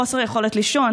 חוסר יכולת לישון,